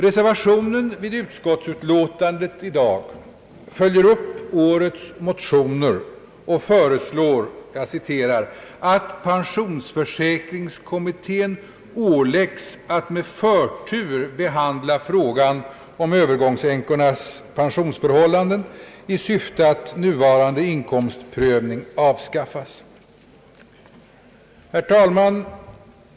Reservationen vid utskottsutlåtandet i dag följer upp årets motioner och föreslår »att pensionsförsäkringskommittén åläggs att med förtur behandla frågan om Öövergångsänkornas pensionsförhållanden i syfte att nuvarande inkomstprövning avskaffas». Herr talman!